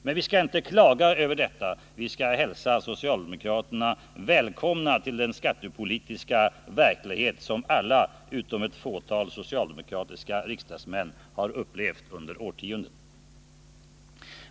Men vi skall inte klaga över detta, utan vi skall hälsa socialdemokraterna välkomna till den skattepolitiska verklighet som alla utom ett fåtal socialdemokratiska riksdagsmän har upplevt under årtionden.